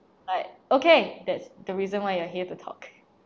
like okay that's the reason why you're here to talk